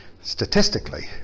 statistically